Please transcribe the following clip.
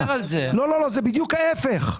זה בדיוק ההיפך.